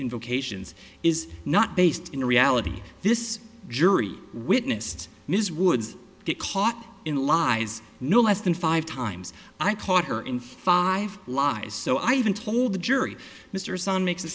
invocations is not based in reality this jury witnessed ms woods get caught in lies no less than five times i caught her in five lies so i even told the jury mr son makes